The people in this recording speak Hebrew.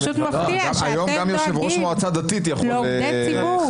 פשוט מפתיע שאתם דואגים לעובדי ציבור.